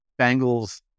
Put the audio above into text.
Bengals